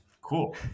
Cool